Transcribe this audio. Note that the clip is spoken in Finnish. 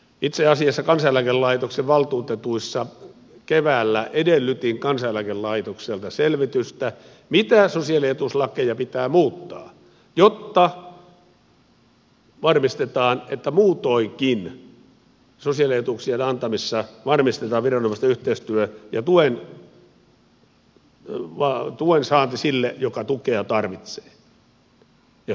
itse asiassa kansaneläkelaitoksen valtuutetuissa keväällä edellytin kansaneläkelaitokselta selvitystä siitä mitä sosiaalietuuslakeja pitää muuttaa jotta varmistetaan että muutoinkin sosiaalietuuksien antamisessa varmistetaan viranomaisten yhteistyö ja tuen saanti sille joka tukea tarvitsee ja suojaa tarvitsee